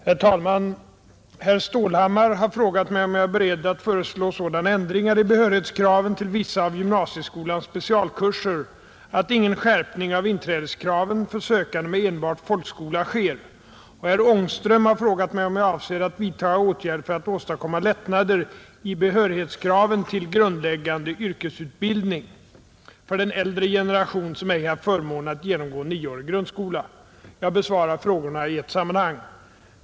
Herr talman! Herr Stålhammar har frågat mig, om jag är beredd att föreslå sådana förändringar i behörighetskraven till vissa av gymnasieskolans specialkurser att ingen skärpning av inträdeskraven för sökande med enbart folkskola sker och herr Ångström har frågat mig om jag avser vidtaga åtgärder för att åstadkomma lättnader i behörighetskraven till grundläggande yrkesutbildning för den äldre generation som ej haft förmånen att genomgå 9-årig grundskola. Jag besvarar frågorna i ett sammanhang.